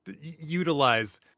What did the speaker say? utilize